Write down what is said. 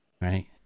right